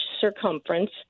circumference